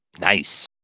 Nice